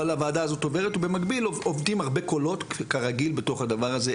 אבל הוועדה הזאת עובדת ובמקביל עובדים הרבה קולות כרגיל בתוך הדבר הזה,